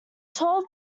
twelve